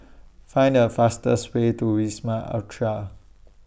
Find The fastest Way to Wisma Atria